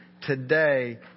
today